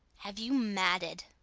have you madded.